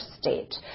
state